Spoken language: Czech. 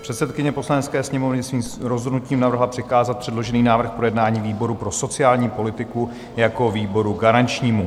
Předsedkyně Poslanecké sněmovny svým rozhodnutím navrhla přikázat předložený návrh k projednání výboru pro sociální politiku jako výboru garančnímu.